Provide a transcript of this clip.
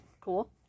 cool